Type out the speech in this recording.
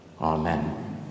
Amen